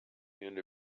and